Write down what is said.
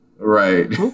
Right